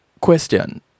question